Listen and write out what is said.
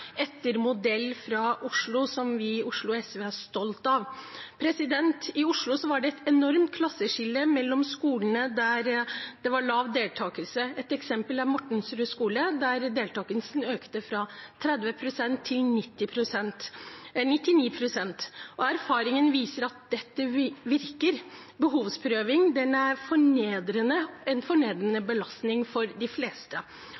etter modell fra Oslo, som vi i Oslo SV er stolt av. I Oslo var det et enormt klasseskille mellom skolene der det var lav deltakelse. Et eksempel er Mortensrud skole, der deltakelsen økte fra 30 pst. til 99 pst., og erfaringen viser at dette virker. Behovsprøving er en fornedrende belastning for de fleste.